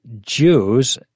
Jews